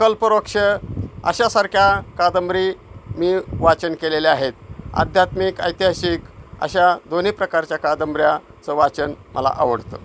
कल्पवृक्ष अशासारख्या कादंबरी मी वाचन केलेल्या आहेत आध्यात्मिक ऐतिहासिक अशा दोन्ही प्रकारच्या कादंबऱ्याचं वाचन मला आवडतं